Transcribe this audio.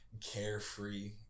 carefree